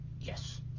Yes